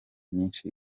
nyinshi